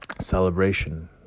celebration